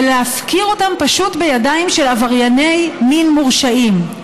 ולהפקיר אותם פשוט בידיים של עברייני מין מורשעים.